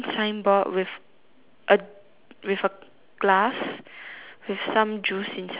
a with a glass with some juice inside and a straw